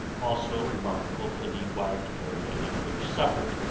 also remarkable for the wide area in which suffered.